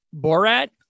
Borat